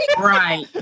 Right